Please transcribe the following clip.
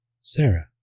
Sarah